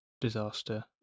disaster